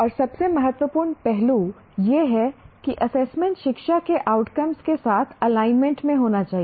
और सबसे महत्वपूर्ण पहलू यह है कि एसेसमेंट शिक्षा के आउटकम्स के साथ एलाइनमेंट में होना चाहिए